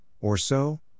Orso